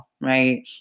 right